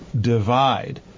divide